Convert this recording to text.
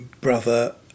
brother